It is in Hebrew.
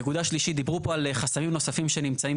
נקודה שלישית: דיברו פה על חסמים נוספים שנמצאים